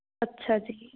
ਅੱਛਾ ਜੀ